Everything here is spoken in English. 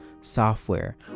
software